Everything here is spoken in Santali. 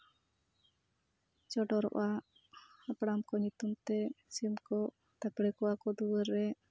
ᱪᱚᱰᱚᱨᱚᱜᱼᱟ ᱦᱟᱯᱲᱟᱢ ᱠᱚ ᱧᱩᱛᱩᱢᱛᱮ ᱥᱤᱢ ᱠᱚ ᱛᱷᱟᱯᱲᱮ ᱠᱚᱣᱟ ᱠᱚ ᱫᱩᱣᱟᱹᱨ ᱨᱮ